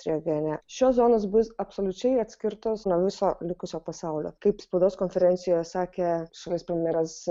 regione šios zonos bus absoliučiai atskirtos nuo viso likusio pasaulio kaip spaudos konferencijoje sakė šalies premjeras